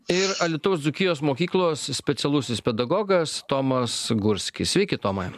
ir alytaus dzūkijos mokyklos specialusis pedagogas tomas gurskis sveiki tomai